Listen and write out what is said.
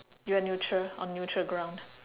you are neutral on neutral ground